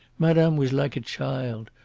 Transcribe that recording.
madame was like a child.